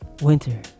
Winter